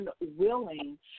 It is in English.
unwilling